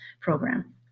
program